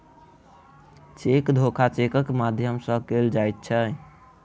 cheque धोखा चेकक माध्यम सॅ कयल जाइत छै